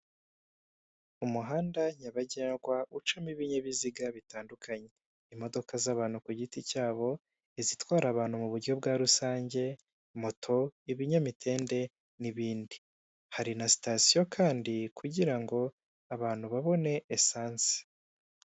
Umuhanda nyabagendwa ucamo ibinyabiziga bitandukanye, imodoka z'abantu ku giti cyabo izitwara abantu mu buryo bwa rusange, moto, ibinyamitende, n'ibindi hari na sitasiyo kandi kugira ngo abantu babone esansi.